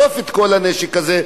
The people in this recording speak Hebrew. לאסוף את כל הנשק הזה.